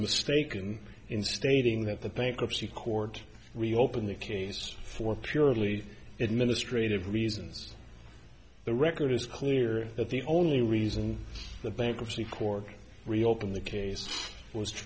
mistaken in stating that the bankruptcy court reopen the case for purely administrative reasons the record is clear that the only reason the bankruptcy court reopen the case was